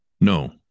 No